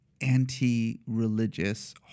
anti-religious